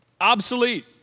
Obsolete